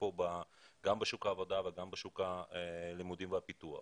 כאן בשוק העבודה וגם בשוק הלימודים והפיתוח.